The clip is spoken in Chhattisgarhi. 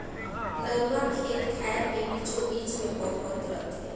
नरूवा खेत खायर के बीचों बीच मे बोहात रथे